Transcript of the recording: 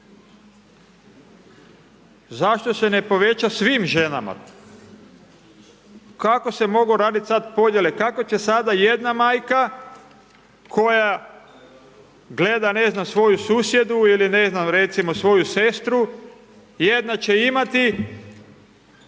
Zašto se ne poveća svim ženama? Kako se mogu raditi sad podjele? Kako će sada jedna majka koja gleda ne znam svoju susjedu ili ne znam recimo svoju sestru, jedna će imati